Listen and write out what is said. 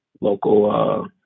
local